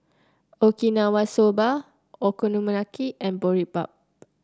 Okinawa Soba Okonomiyaki and Boribap